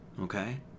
okay